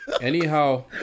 Anyhow